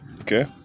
Okay